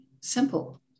simple